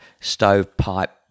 stovepipe